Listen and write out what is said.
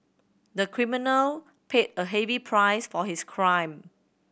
the criminal paid a heavy price for his crime